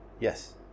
Yes